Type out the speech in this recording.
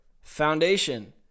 foundation